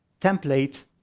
template